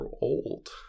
old